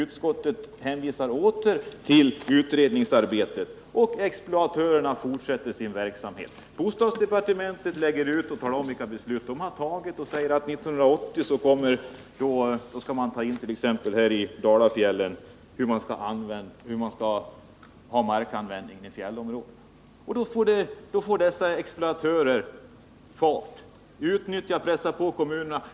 Utskottet hänvisar åter till utredningsarbetet, och exploatörerna fortsätter sin verksamhet. Bostadsdepartementet talar om vilka beslut som har fattats och säger att man 1980 skall ta in markanvändningen i fjällområdena, t.ex. i Dalafjällen. Då får dessa exploatörer fart, utnyttjar och pressar på kommunerna.